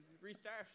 restart